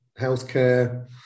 healthcare